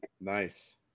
nice